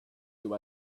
you